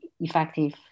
effective